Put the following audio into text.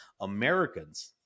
Americans